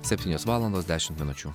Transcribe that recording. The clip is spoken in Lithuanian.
septynios valandos dešimt minučių